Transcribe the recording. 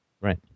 Right